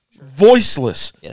voiceless